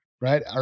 right